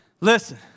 listen